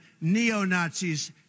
neo-Nazis